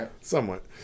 somewhat